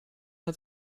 hat